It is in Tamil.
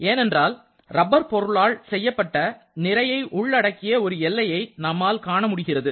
ஏனென்றால் ரப்பர் பொருளால் செய்யப்பட்ட நிறையை உள்ளடக்கிய ஒரு எல்லையை நம்மால் காண முடிகிறது